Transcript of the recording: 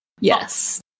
yes